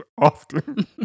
Often